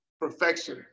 perfection